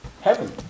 heaven